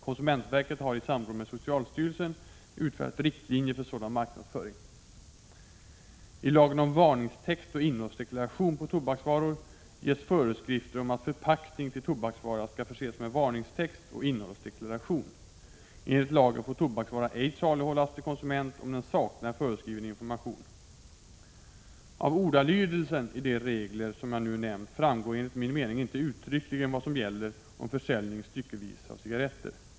Konsumentverket har i samråd med socialstyrelsen utfärdat riktlinjer för sådan marknadsföring. Av ordalydelsen i de regler som jag nu nämnt framgår enligt min mening inte uttryckligen vad som gäller om försäljning styckevis av cigaretter.